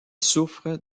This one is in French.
souffre